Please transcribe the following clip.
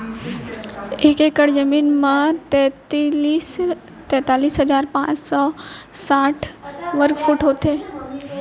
एक एकड़ जमीन मा तैतलीस हजार पाँच सौ साठ वर्ग फुट होथे